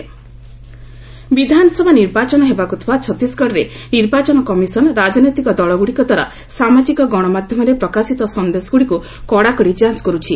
EC Chhattisgarh ବିଧାନସଭା ନିର୍ବାଚନ ହେବାକୁ ଥିବା ଛତିଶଗଡରେ ନିର୍ବାଚନ କମିଶନ ରାଜନୈତିକ ଦଳଗୁଡିକ ଦ୍ୱାରା ସାମାଜିକ ଗଣମାଧ୍ୟମରେ ପ୍ରକାଶିତ ସନ୍ଦେଶଗୁଡିକୁ କଡାକଡି ଯାଞ୍ଚ କରୁଛି